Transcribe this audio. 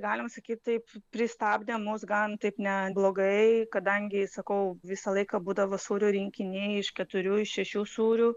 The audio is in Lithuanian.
galima sakyt taip pristabdė mus gan taip ne blogai kadangi sakau visą laiką būdavo sūrio rinkiniai iš keturių šešių sūrių